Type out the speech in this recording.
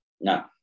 No